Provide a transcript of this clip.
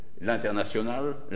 L'International